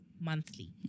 monthly